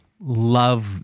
love